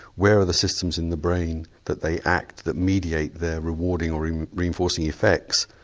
where are the systems in the brain that they act that mediate their rewarding or reinforcing effects.